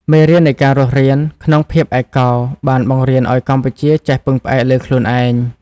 មេរៀននៃការរស់រានក្នុងភាពឯកោ បានបង្រៀនឱ្យកម្ពុជាចេះពឹងផ្អែកលើខ្លួនឯង។